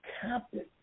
captain